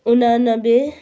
उनानब्बे